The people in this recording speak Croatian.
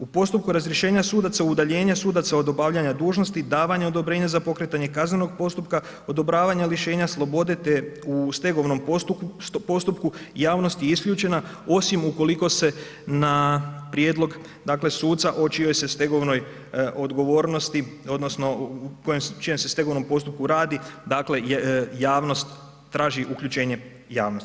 U postupku razrješenja sudaca, udaljenja sudaca od obavljanja dužnosti, davanja odobrenja za pokretanje kaznenog postupka, odobravanja lišenja slobode te u stegovnom postupku javnost je isključena osim ukoliko se na prijedlog dakle suca o čijoj se stegovnoj odgovornosti, odnosno o čijem se stegovnom postupku radi dakle javnost traži uključenje javnosti.